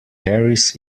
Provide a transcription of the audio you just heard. carries